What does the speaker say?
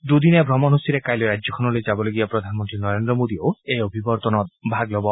দুদিনীয়া ভ্ৰমণসূচীপে কাইলৈ ৰাজ্যখনলৈ যাবলগীয়া প্ৰধানমন্ত্ৰী নৰেন্দ্ৰ মোদীয়েও এই অভিৱৰ্তনত ভাগ ল'ব